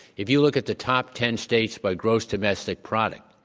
if you look at the top ten states by gross domestic product,